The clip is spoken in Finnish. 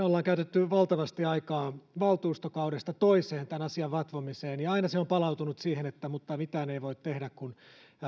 olemme käyttäneet valtavasti aikaa valtuustokaudesta toiseen tämän asian vatvomiseen ja aina se on palautunut siihen että mitään ei voi tehdä kun